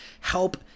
help